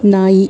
ನಾಯಿ